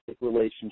relationship